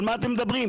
על מה אתם מדברים?